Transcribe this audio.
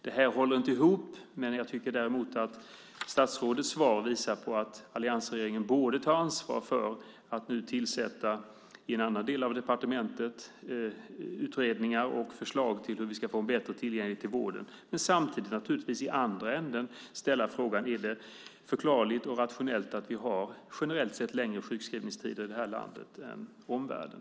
Det här håller inte ihop, men jag tycker däremot att statsrådets svar visar att alliansregeringen nu borde ta ansvar för att i en annan del av departementet tillsätta utredningar och komma med förslag om hur vi ska få bättre tillgänglighet till vård. I andra änden ska vi naturligtvis ställa frågan: Är det förklarligt och rationellt att vi generellt sett har längre sjukskrivningstider i det här landet än i omvärlden?